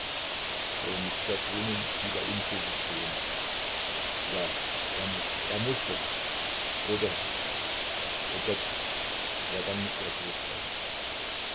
mikitas wohnung blieb er unschlüssig stehen ja er mußte er mußte oder o gott ja dann mußte er zurückfahren